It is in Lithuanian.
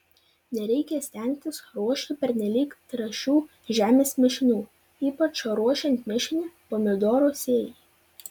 nereikia stengtis ruošti pernelyg trąšių žemės mišinių ypač ruošiant mišinį pomidorų sėjai